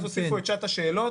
אז הוסיפו את שעת השאלות.